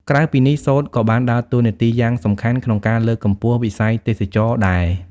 ក្រៅពីនេះ សូត្រក៏បានដើរតួនាទីយ៉ាងសំខាន់ក្នុង ការលើកកម្ពស់វិស័យទេសចរណ៍ដែរ។